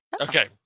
Okay